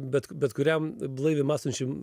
bet bet kuriam blaiviai mąstančiam